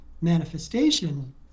manifestation